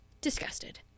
disgusted